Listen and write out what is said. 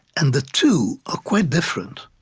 and the two are quite different